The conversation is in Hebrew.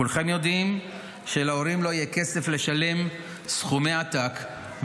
כולכם יודעים שלהורים לא יהיה כסף לשלם סכומי עתק,